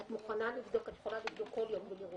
אתה לא רוצה שיקרו מקרים כאלה.